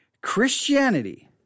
Christianity